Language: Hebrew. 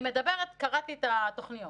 קראתי את התוכניות